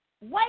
Wait